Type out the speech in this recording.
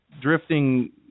drifting